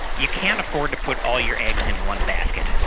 you can't afford to put all your eggs in one basket.